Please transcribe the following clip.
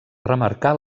remarcar